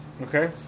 Okay